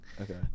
Okay